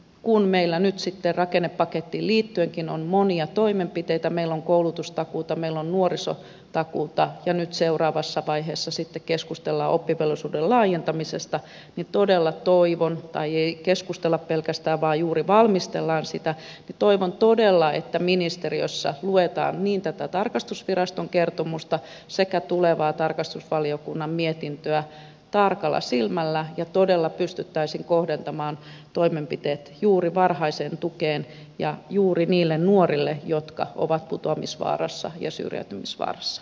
kun meillä nyt sitten rakennepakettiin liittyenkin on monia toimenpiteitä meillä on koulutustakuuta meillä on nuorisotakuuta ja nyt seuraavassa vaiheessa sitten keskustellaan oppivelvollisuuden laajentamisesta niin todella toivon tai ei keskustella pelkästään vaan juuri valmistellaan sitä että ministeriössä luetaan niin tätä tarkastusviraston kertomusta kuin tulevaa tarkastusvaliokunnan mietintöä tarkalla silmällä ja todella pystyttäisiin kohdentamaan toimenpiteet juuri varhaiseen tukeen ja juuri niille nuorille jotka ovat putoamisvaarassa ja syrjäytymisvaarassa